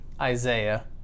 Isaiah